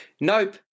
Nope